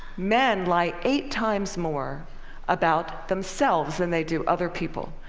men lie eight times more about themselves than they do other people.